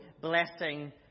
blessing